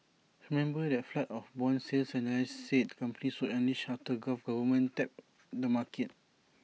remember that flood of Bond sales analysts said companies would unleash after gulf governments tapped the market